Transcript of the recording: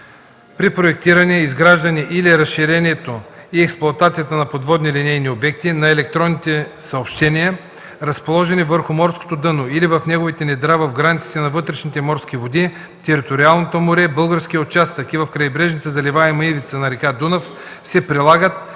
„При проектирането, изграждането или разширението и експлоатацията на подводни линейни обекти на електронните съобщения, разположени върху морското дъно или в неговите недра в границите на вътрешните морски води, териториалното море, българския участък и в крайбрежната заливаема ивица на река Дунав се прилагат